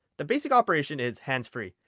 the basic operation is hands-free.